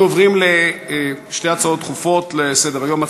אנחנו עוברים לשתי הצעות דחופות לסדר-היום.